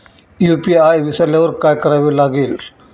UPI विसरल्यावर काय करावे लागेल?